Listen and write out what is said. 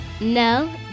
No